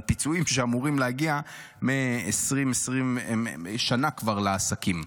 על פיצויים שאמורים להגיע כבר שנה לעסקים.